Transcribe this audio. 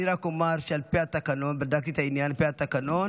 אני רק אומר שבדקתי את העניין לפי התקנון,